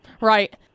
Right